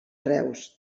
reus